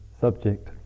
subject